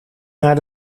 naar